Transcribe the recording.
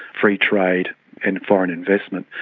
free trade and foreign investment.